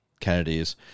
Kennedy's